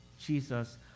Jesus